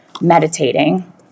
meditating